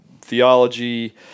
theology